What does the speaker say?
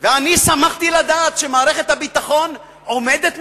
ואני שמחתי לדעת שמערכת הביטחון עומדת מאחורי.